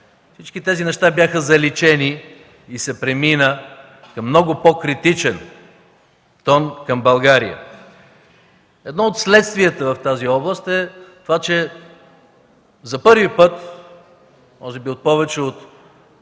Всичките тези неща бяха заличени и се премина към много по-критичен тон към България. Едно от следствията в тази област е това, че за първи път може би и за повече от